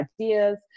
ideas